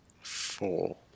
Four